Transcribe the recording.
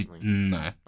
no